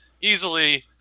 easily